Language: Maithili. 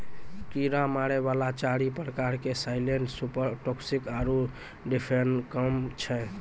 कीड़ा मारै वाला चारि प्रकार के साइलेंट सुपर टॉक्सिक आरु डिफेनाकौम छै